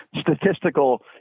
statistical